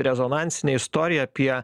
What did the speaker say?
rezonansinę istoriją apie